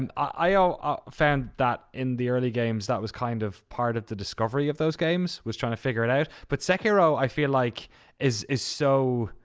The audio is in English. and i ah found that in the early games that was kind of part of the discovery of those games, was trying to figure it out. but sekiro i feel like is is so,